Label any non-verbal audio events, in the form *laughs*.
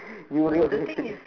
you real *laughs*